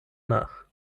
nach